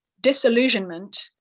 disillusionment